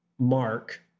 mark